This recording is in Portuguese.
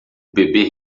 bebê